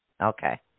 Okay